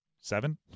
Seven